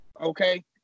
Okay